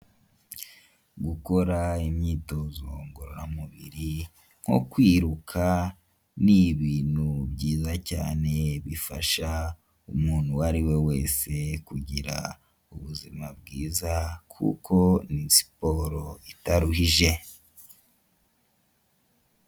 Gukora imyitozo ngororamubiri nko kwiruka ni ibintu byiza cyane bifasha umuntu uwo ariwe wese kugira ubuzima bwiza kuko ni siporo itaruhije.